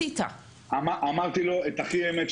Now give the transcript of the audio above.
אמרתי לו את האמת,